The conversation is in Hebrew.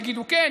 יגידו כן,